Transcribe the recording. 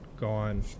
gone